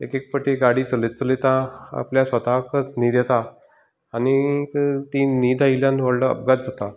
एक एक पाटी गाडी चलयत चलयता आपल्याक स्वता न्हीद येता आनीक ती न्हीद आयिल्ल्यान व्हडलो अपघात जाता